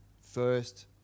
first